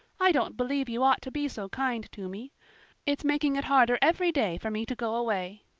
i don't believe you ought to be so kind to me it's making it harder every day for me to go away.